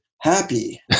happy